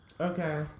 Okay